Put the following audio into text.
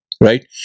...right